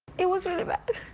it was really bad.